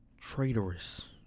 traitorous